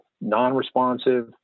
non-responsive